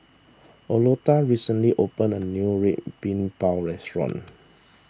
Oleta recently opened a new Red Bean Bao restaurant